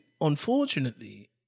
unfortunately